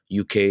UK